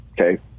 Okay